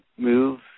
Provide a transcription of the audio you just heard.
Move